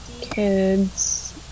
kids